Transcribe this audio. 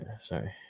Sorry